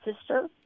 sister